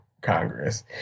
Congress